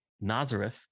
Nazareth